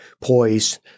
poised